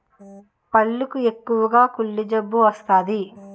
పళ్లకు ఎక్కువగా కుళ్ళు జబ్బు వస్తాది